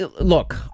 look